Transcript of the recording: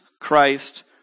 Christ